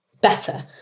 better